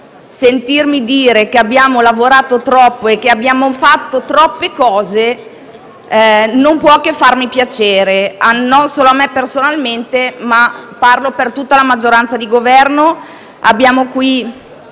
Sentirmi dire che abbiamo lavorato troppo e che abbiamo fatto troppe cose non può che far piacere non solo a me personalmente, ma parlo per tutta la maggioranza di Governo. Penso anche